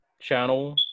channel